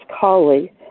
colleague